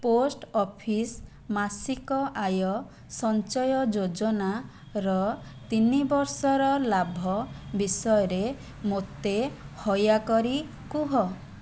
post office ମାସିକ ଆୟ ସଞ୍ଚୟ ଯୋଜନାର ତିନି ବର୍ଷର ଲାଭ ବିଷୟରେ ମୋତେ ଦୟାକରି କୁହ